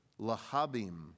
Lahabim